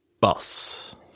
Bus